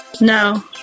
No